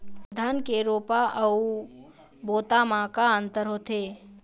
धन के रोपा अऊ बोता म का अंतर होथे?